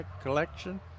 collection